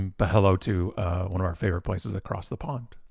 um but hello to one of our favorite places across the pond.